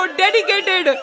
dedicated